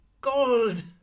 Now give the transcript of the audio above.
gold